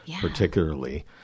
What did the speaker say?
particularly